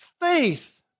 Faith